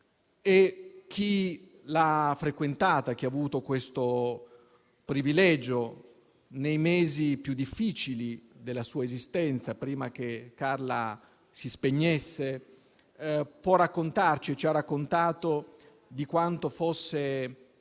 Chi l'ha frequentata, chi ha avuto questo privilegio nei mesi più difficili della sua esistenza, prima che Carla si spegnesse, può raccontarci e ci ha raccontato di quanto fosse